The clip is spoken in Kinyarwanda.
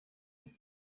iri